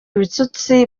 ibitutsi